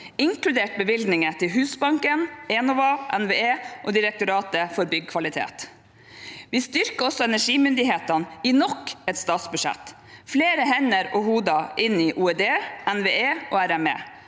inkludert bevilgninger til Husbanken, Enova, NVE og Direktoratet for byggkvalitet. Vi styrker også energimyndighetene i nok et statsbudsjett – flere hender og hoder inn i OED, NVE og RME